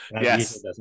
Yes